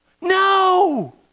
No